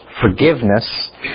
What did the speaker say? Forgiveness